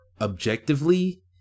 objectively